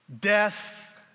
Death